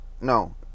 no